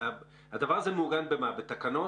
הדבר הזה, במה הוא מעוגן, בתקנות?